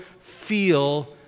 feel